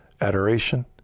Adoration